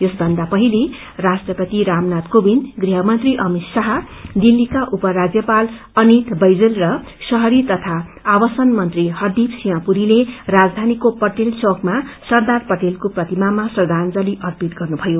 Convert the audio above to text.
यसभन्दा पहिले राष्ट्रपति रामनाथ कोविन्द गृझ्मन्त्री अमित शाह दिल्लीका उपरान्यपाल अनिल बैजल र शहरी तथा आवासीय मन्त्री हरदीप सिंह पुरीले राजधानीको पटेल चौकमा सरदार पटेलको प्रतिमामा श्रद्धांजली अर्पित गरे